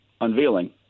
unveiling